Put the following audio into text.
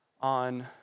on